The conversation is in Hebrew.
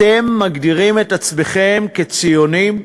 אתם מגדירים את עצמכם ציונים.